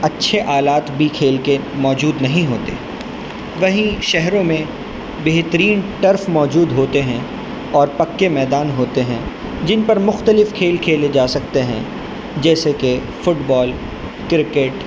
اچھے آلات بھی کھیل کے موجود نہیں ہوتے وہیں شہروں میں بہترین ٹرف موجود ہوتے ہیں اور پکے میدان ہوتے ہیں جن پر مختلف کھیل کھیلے جا سکتے ہیں جیسے کہ فٹ بال کرکٹ